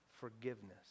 forgiveness